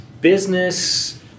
Business